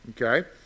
Okay